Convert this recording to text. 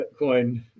Bitcoin